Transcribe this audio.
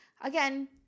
again